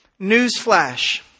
Newsflash